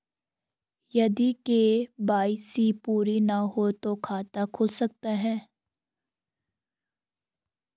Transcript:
यदि के.वाई.सी पूरी ना हो तो खाता खुल सकता है?